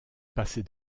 passez